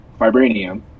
vibranium